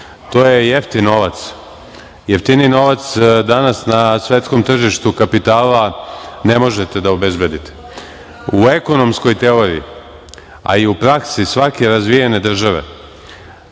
To je jeftin novac. Jeftiniji novac danas na svetskom tržištu kapitala ne možete da obezbedite. U ekonomskoj teoriji, a i u praksi svake razvijene države,